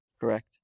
Correct